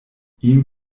ihm